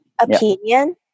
Opinion